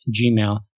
gmail